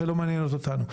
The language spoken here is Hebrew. לעשות.